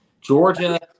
Georgia